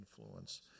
influence